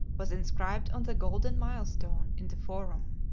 was inscribed on the golden milestone in the forum.